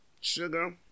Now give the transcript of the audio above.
Sugar